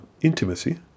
intimacy